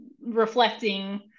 reflecting